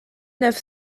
neuf